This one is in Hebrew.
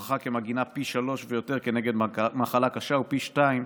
הוכחה כמגינה פי שלוש ויותר כנגד מחלה קשה ופי שניים